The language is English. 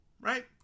right